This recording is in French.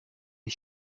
les